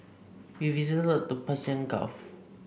we visited the Persian Gulf